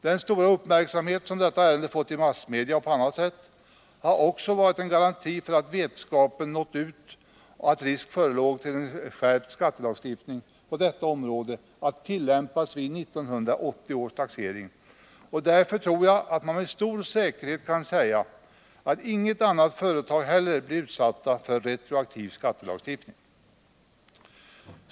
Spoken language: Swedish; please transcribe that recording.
Den stora uppmärksamhet som detta ärende fått i massmedia och på annat sätt har också varit en garanti för att vetskapen nått ut om att risk förelåg för en skärpt lagstiftning på detta område att tillämpas vid 1980 års taxering. Därför tror jag att man med stor säkerhet kan säga att inget annat företag heller blir utsatt för någon retroaktiv skattelagstiftning.